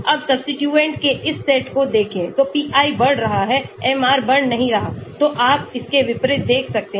अब सबस्टिट्यूट के इस सेट को देखेंतो piबढ़ रहा है MR बढ़ नहीं रहा तो आप इसके विपरीत देख सकते हैं